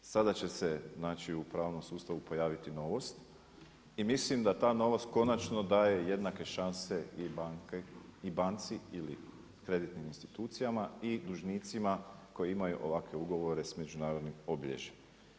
Sada će se u pravnom sustavu pojaviti novost i mislim da ta novost konačno daje jednake šanse i banci ili kreditnim institucijama i dužnicima koji imaju ovakve ugovore s međunarodnim obilježjem.